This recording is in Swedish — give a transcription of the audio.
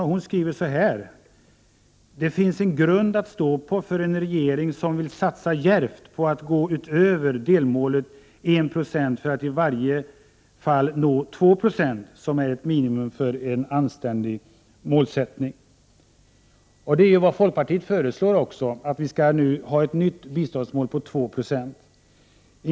Hon skriver: ”Det finns en grund att stå på för en regering som vill satsa djärvt på att gå utöver delmålet 1 procent för att i varje fall nå de 2 procent som är ett minimum för en anständig målsättning ——-.” Folkpartiet föreslår också att vi nu skall ha ett nytt biståndsmål på 2 96.